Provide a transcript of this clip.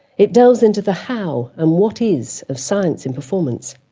it delves into the how and what is of science and performance.